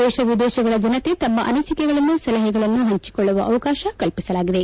ದೇಶ ವಿದೇಶಗಳ ಜನತೆ ತಮ್ಮ ಅನಿಸಿಕೆಗಳನ್ನು ಸಲಹೆಗಳನ್ನು ಪಂಚಿಕೊಳ್ಳುವ ಅವಕಾತ ಕಲ್ಪಿಸಲಾಗಿದೆ